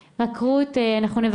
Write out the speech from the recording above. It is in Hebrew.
בבקשה.